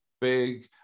big